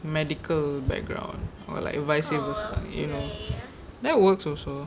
medical background or like vice versa you know that works also